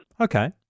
Okay